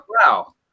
Wow